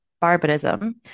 barbarism